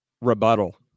rebuttal